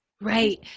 Right